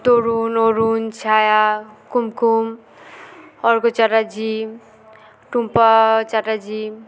Tarun Arun Chhaya Kumkum Arka Chatterjee Tumpa Chatterjee